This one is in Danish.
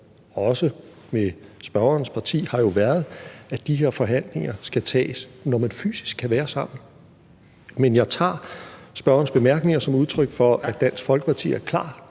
om, også med spørgerens parti, har jo været, at de her forhandlinger skal tages, når man fysisk kan være sammen. Men jeg tager spørgerens bemærkninger som udtryk for, at Dansk Folkeparti er klar